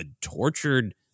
tortured